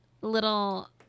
little